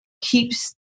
keeps